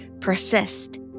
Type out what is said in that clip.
persist